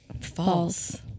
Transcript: False